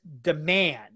demand